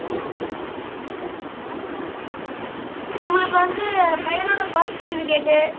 sir அப் அப்புறோம் வந்து உங்களுக்கு வந்து பையனோட பர்த் சர்ட்டிஃபிக்கேட்டு